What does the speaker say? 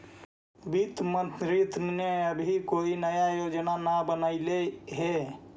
वित्त मंत्रित्व ने अभी कोई नई योजना न बनलई हे